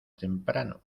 temprano